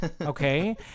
Okay